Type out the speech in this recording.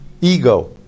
ego